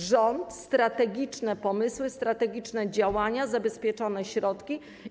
Rząd, strategiczne pomysły, strategiczne działania, zabezpieczone środki.